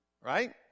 right